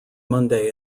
monday